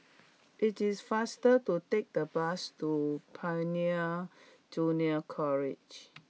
it is faster to take the bus to Pioneer Junior College